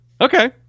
Okay